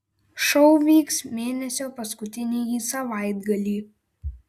šou vyks mėnesio paskutinįjį savaitgalį